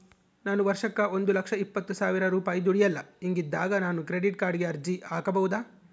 ನಾನು ವರ್ಷಕ್ಕ ಒಂದು ಲಕ್ಷ ಇಪ್ಪತ್ತು ಸಾವಿರ ರೂಪಾಯಿ ದುಡಿಯಲ್ಲ ಹಿಂಗಿದ್ದಾಗ ನಾನು ಕ್ರೆಡಿಟ್ ಕಾರ್ಡಿಗೆ ಅರ್ಜಿ ಹಾಕಬಹುದಾ?